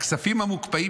הכספים המוקפאים,